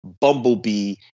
Bumblebee